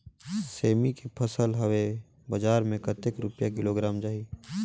सेमी के फसल हवे बजार मे कतेक रुपिया किलोग्राम जाही?